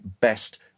best